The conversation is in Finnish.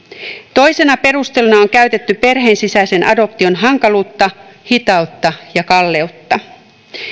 toisena perusteluna on käytetty perheen sisäisen adoption hankaluutta hitautta ja kalleutta